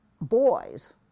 boys